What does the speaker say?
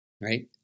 right